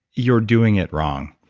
you're doing it wrong.